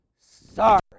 sorry